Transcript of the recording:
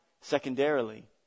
secondarily